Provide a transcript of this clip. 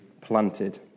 planted